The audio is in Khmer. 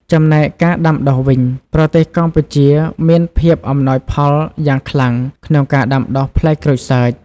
ចំណែកការដាំដុះវិញ ប្រទេសកម្ពុជាមាន ភាពអំណោយផលយ៉ាងខ្លាំង ក្នុងការដាំដុះផ្លែក្រូចសើច។